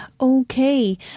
Okay